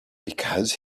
because